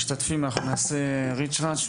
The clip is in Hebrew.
משתתפים אנחנו נעשה ריצרץ',